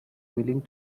willing